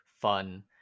fun